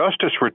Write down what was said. justice